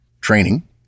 training